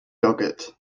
yogurt